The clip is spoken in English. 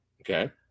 Okay